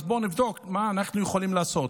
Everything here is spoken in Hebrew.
אז בואו נבדוק מה אנחנו יכולים לעשות.